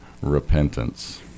repentance